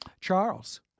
Charles